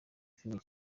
filime